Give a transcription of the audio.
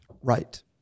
Right